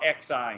XI